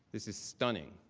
this is stunning.